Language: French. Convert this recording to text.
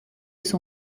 son